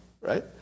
right